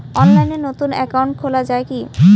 অনলাইনে নতুন একাউন্ট খোলা য়ায় কি?